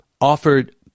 offered